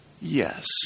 yes